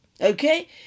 Okay